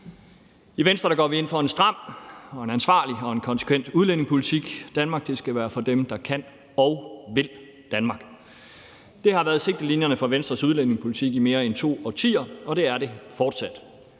I Venstre går vi ind for en stram og en ansvarlig og en konsekvent udlændingepolitik. Danmark skal være for dem, der kan og vil Danmark. Det har været sigtelinjerne for Venstres udlændingepolitik i mere end to årtier, og det er det fortsat.